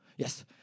Yes